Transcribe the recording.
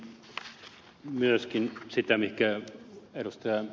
ihmettelin myöskin sitä mihin ed